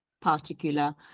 particular